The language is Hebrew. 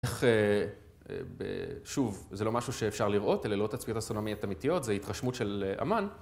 איך שוב, זה לא משהו שאפשר לראות, אלה לא תצפיות אסטרונומיות אמיתיות, זה התרשמות של אמן.